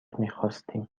میخواستیم